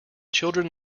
children